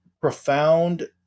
profound